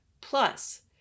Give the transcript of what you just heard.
Plus